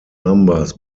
numbers